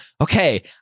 okay